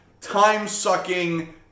time-sucking